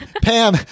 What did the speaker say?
Pam